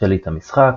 "שליט המשחק",